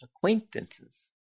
acquaintances